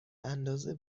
اندازه